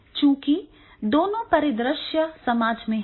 चूंकि दोनों परिदृश्य समाज में हैं